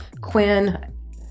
Quinn